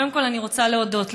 קודם כול אני רוצה להודות לך.